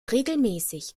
regelmäßig